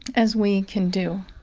as we can do